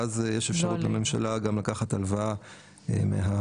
ואז יש אפשרות לממשלה גם לקחת הלוואה מהקרן.